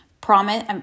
Promise